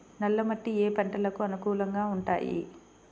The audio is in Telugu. నల్ల మట్టి ఏ ఏ పంటలకు అనుకూలంగా ఉంటాయి?